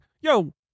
Yo